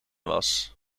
was